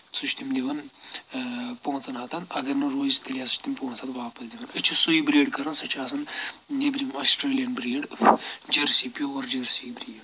سُہ چھِ تِم دِوان پانٛژن ہتَن اگر نہٕ روزِ تیٚلہِ ہَسا چھِ تِم پونٛسہٕ اتھ واپَس دِوان أسۍ چھِ سُے بریٖڈ کَرَان سۄ چھِ آسَان نؠبرِم Australian breed Jersey pure Jersey breed